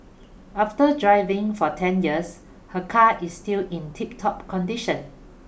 after driving for ten years her car is still in tiptop condition